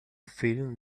filling